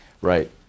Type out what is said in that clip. Right